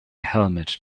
helmet